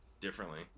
differently